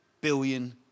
billion